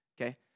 okay